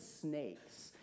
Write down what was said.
snakes